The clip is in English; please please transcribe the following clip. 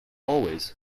always